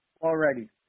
Already